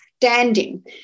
standing